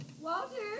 Walter